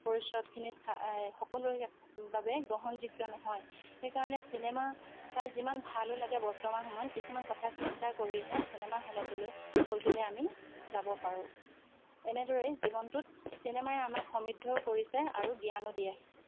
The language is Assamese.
পৰিষদখিনি চাই সকলোৰে বাবে গ্ৰহণযোগ্য নহয় সেইকাৰণে চিনেমা চাই যিমান ভালো লাগে বৰ্তমান সময়ত কিছুমান কথা চিন্তা কৰি চিনেমা হলটোলৈ আমি যাব পাৰোঁ এনেদৰেই জীৱনটোত চিনেমাই আমাক সমৃদ্ধ কৰিছে আৰু জ্ঞানো দিছে